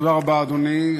אדוני,